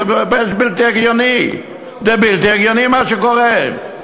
זה בלתי הגיוני מה שקורה.